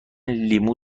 لیمو